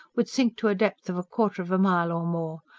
would sink to a depth of a quarter of a mile or more,